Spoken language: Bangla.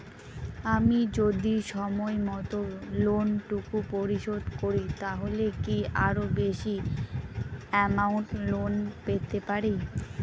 আমি যদি সময় মত লোন টুকু পরিশোধ করি তাহলে কি আরো বেশি আমৌন্ট লোন পেতে পাড়ি?